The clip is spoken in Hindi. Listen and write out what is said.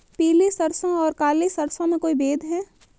पीली सरसों और काली सरसों में कोई भेद है?